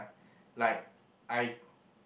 like I